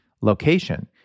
location